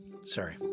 Sorry